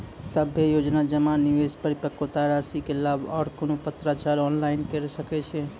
सभे योजना जमा, निवेश, परिपक्वता रासि के लाभ आर कुनू पत्राचार ऑनलाइन के सकैत छी?